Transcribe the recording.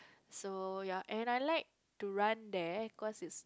so ya and I like to run there cause it's